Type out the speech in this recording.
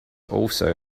also